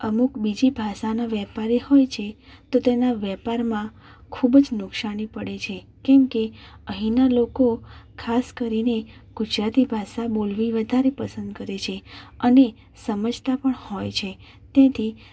અમુક બીજી ભાષાના વેપારી હોય છે તો તેના વેપારમાં ખૂબ જ નુકશાની પડે છે કેમ કે અહીંના લોકો ખાસ કરીને ગુજરાતી ભાષા બોલવી વધારે પસંદ કરે છે અને સમજતા પણ હોય છે તેથી